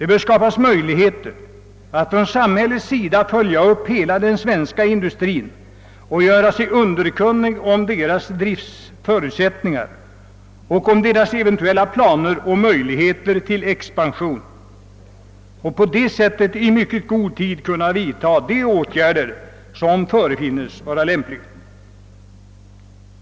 Möjligheter bör skapas för samhället att följa hela den svenska industrin och göra sig underkunnigt om olika företags driftförutsättningar och eventuella planer på expansion för att det på detta sätt i mycket god tid skall kunna vidta de åtgärder som befinns vara lämpliga.